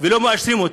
לא מאשרים אותה.